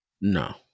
No